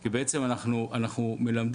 כי בעצם אנחנו מלמדים,